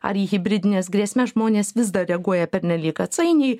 ar į hibridines grėsmes žmonės vis dar reaguoja pernelyg atsainiai